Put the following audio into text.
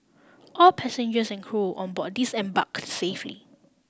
all passengers and crew on board disembarked safely